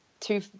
two